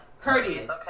Courteous